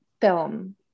film